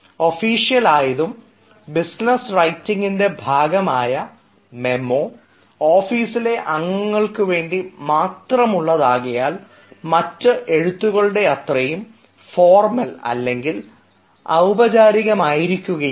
official ആയതും business writing ഭാഗമായ memo ഓഫീസിലെ അംഗങ്ങൾക്ക് വേണ്ടി മാത്രമുള്ളതാകയാൽ മറ്റ് എഴുത്തുകളുടെ അത്രയും ഫോർമൽ അല്ലെങ്കിൽ ഔപചാരികമായിരിക്കുകയില്ല